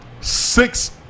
six